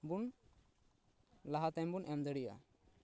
ᱵᱩᱱ ᱞᱟᱦᱟ ᱛᱟᱭᱚᱢ ᱵᱚᱱ ᱮᱢ ᱫᱟᱲᱮᱭᱟᱜᱼᱟ